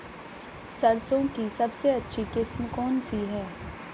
सरसों की सबसे अच्छी किस्म कौन सी है?